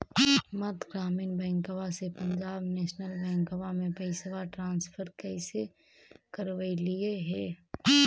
मध्य ग्रामीण बैंकवा से पंजाब नेशनल बैंकवा मे पैसवा ट्रांसफर कैसे करवैलीऐ हे?